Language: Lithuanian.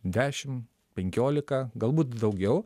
dešim penkiolika galbūt daugiau